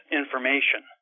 information